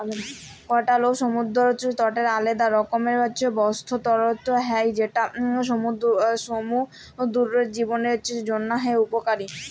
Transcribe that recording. coastal বা সমুদ্দর তটের আলেদা রকমের বাস্তুতলত্র হ্যয় যেট সমুদ্দুরের জীবদের জ্যনহে উপকারী